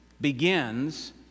begins